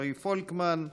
רועי פולקמן,